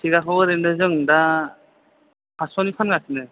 सेगाखौ ओरैनो जों दा फासस'नि फानगासिनो